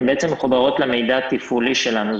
הן מחוברות למידע התפעולי שלנו.